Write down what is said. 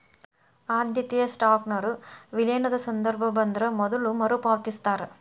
ಆದ್ಯತೆಯ ಸ್ಟಾಕ್ನೊರ ವಿಲೇನದ ಸಂದರ್ಭ ಬಂದ್ರ ಮೊದ್ಲ ಮರುಪಾವತಿಸ್ತಾರ